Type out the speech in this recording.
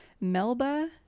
Melba